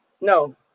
No